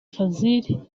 fazil